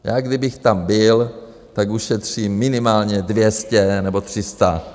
Já kdybych tam byl, tak ušetřím minimálně 200 nebo 300.